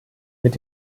mit